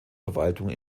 verwaltung